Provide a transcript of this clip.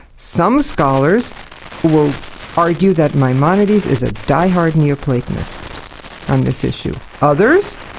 some scholars will argue that maimonides is a diehard neo-platonist on this issue. others?